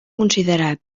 considerat